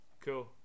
Cool